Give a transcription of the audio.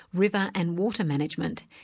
river and water management,